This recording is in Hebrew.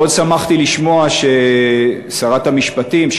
מאוד שמחתי לשמוע ששרת המשפטים,